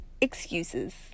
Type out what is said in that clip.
excuses